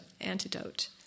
antidote